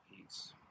peace